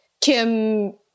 Kim